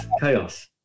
chaos